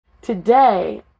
Today